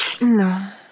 No